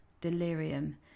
delirium